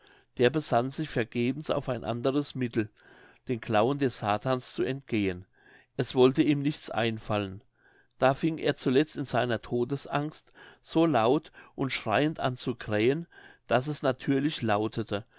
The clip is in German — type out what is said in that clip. der besann sich vergebens auf ein anderes mittel den klauen des satans zu entgehen es wollte ihm nichts einfallen da fing er zuletzt in seiner todesangst so laut und schreiend an zu krähen daß es natürlich lautete